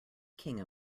king